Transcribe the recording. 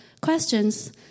questions